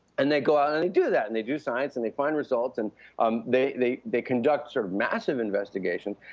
and they go out and they do that. and they do science and they find results, and um they they conduct sort of massive investigations.